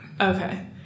okay